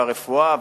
והרפואה,